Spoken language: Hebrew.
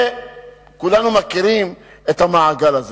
וכולנו מכירים את המעגל הזה.